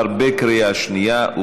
נתקבל.